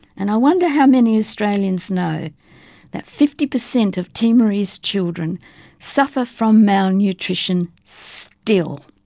and i wonder how many australians know that fifty percent of timorese children suffer from malnutrition, still!